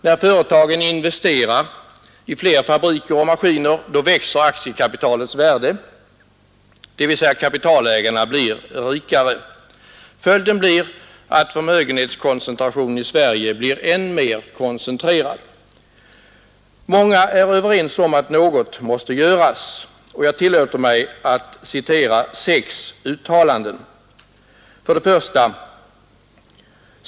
När företagen investerar i fler fabriker och maskiner växer aktiekapitalets värde, dvs. kapitalägarna blir ”rikare”! Följden blir att förmögenhetskoncentrationen i Sverige blir än starkare. Många är överens om att något måste göras. Jag tillåter mig att citera sex uttalanden. 1.